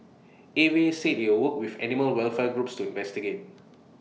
A V A said IT would work with animal welfare groups to investigate